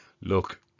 look